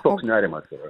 toks nerimas yra